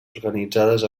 organitzades